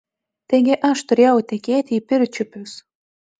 taigi aš turėjau tekėti į pirčiupius